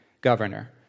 governor